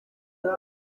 ryari